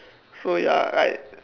so ya like